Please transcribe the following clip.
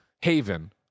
Haven